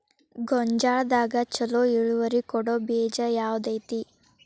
ಗೊಂಜಾಳದಾಗ ಛಲೋ ಇಳುವರಿ ಕೊಡೊ ಬೇಜ ಯಾವ್ದ್ ಐತಿ?